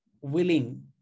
willing